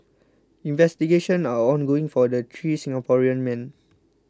investigations are ongoing for the three Singaporean men